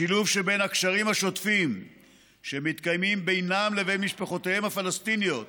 השילוב שבין הקשרים השוטפים שמתקיימים בינם לבין משפחותיהם הפלסטיניות